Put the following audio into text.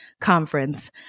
conference